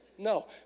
No